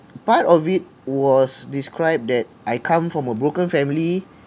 part of it was described that I come from a broken family